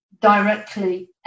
directly